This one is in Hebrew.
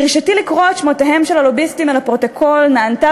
דרישתי לקרוא את שמותיהם של הלוביסטים אל הפרוטוקול נענתה